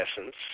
essence